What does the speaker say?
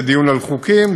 זה דיון על חוקים,